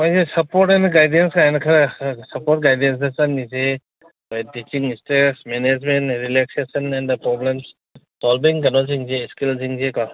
ꯍꯣꯏꯅꯦ support and ꯒꯥꯏꯗꯦꯟꯁꯒꯥꯏꯅ ꯈꯔ ꯁꯞꯄꯣꯔꯠ ꯒꯥꯏꯗꯦꯟꯁ ꯈꯔ ꯆꯪꯉꯤꯁꯤ ꯑꯩꯈꯣꯏ ꯇꯤꯆꯤꯡ ꯏꯁꯇ꯭ꯔꯦꯁ ꯃꯦꯅꯦꯖꯃꯦꯟ ꯂꯩꯔꯦ ꯔꯤꯂꯦꯛꯁꯦꯁꯟ ꯑꯦꯟ ꯗꯥ ꯄ꯭ꯔꯣꯕ꯭ꯂꯦꯝꯁ ꯁꯣꯜꯚꯤꯡ ꯀꯩꯅꯣꯖꯤꯡꯁꯦ ꯏꯁꯀꯤꯜꯁꯤꯡꯁꯦꯀꯣ